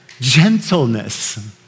gentleness